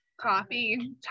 Coffee